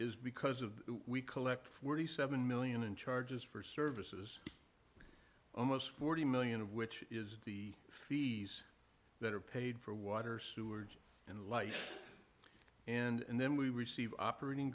is because of we collect forty seven million in charges for services almost forty million of which is the fees that are paid for water sewerage and life and then we receive operating